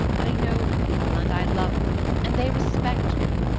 i know the people and i love them and they respect me.